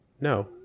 No